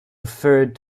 referred